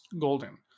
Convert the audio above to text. golden